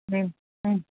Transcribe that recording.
ഉം ഉം